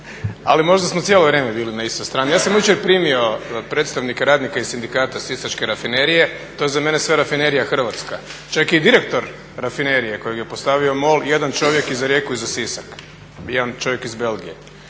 Ali možda smo cijelo vrijeme bili na istoj strani. Ja sam jučer primio predstavnike radnika i sindikata Sisačke rafinerije, to je za mene sve rafinerija Hrvatska. Čak i direktor rafinerije kojeg je postavio MOL jedan čovjek i za Rijeku i za Sisak. Jedan čovjek iz Belgije